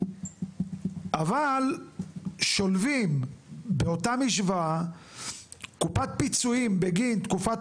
אבל משלבים באותה משוואה קופת פיצויים בגין תקופת